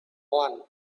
one